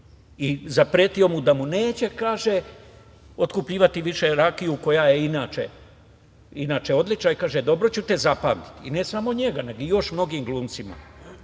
i zapretio mu neće otkupljivati rakiju, koja je inače odlučna, i kaže – dobro ću te zapamtiti. I ne samo njega nego i još mnogim glumcima.